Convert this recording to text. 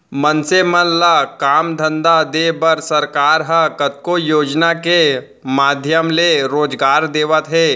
मनसे मन ल काम धंधा देय बर सरकार ह कतको योजना के माधियम ले रोजगार देवत हे